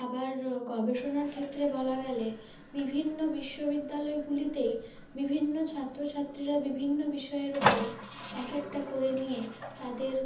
আবার গবেষণার ক্ষেত্রে বলা গেলে বিভিন্ন বিশ্ববিদ্যালয়গুলিতে বিভিন্ন ছাত্রছাত্রীরা বিভিন্ন বিষয়ের উপর এক একটা করে নিয়ে তাদের